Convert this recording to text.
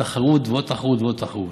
תחרות ועוד תחרות ועוד תחרות.